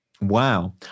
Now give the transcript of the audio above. Wow